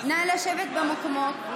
נא לשבת במקומות.